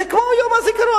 זה כמו יום הזיכרון.